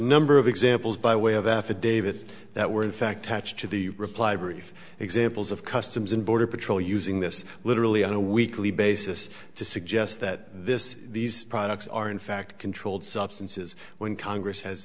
number of examples by way of affidavit that were in fact attached to the reply brief examples of customs and border patrol using this literally on a weekly basis to suggest that this these products are in fact controlled substances when congress has